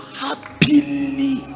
happily